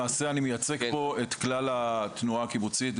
אני למעשה מייצג פה את כלל התנועה הקיבוצית,